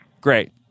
Great